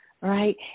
Right